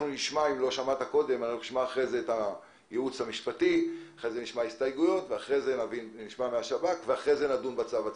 בבקשה.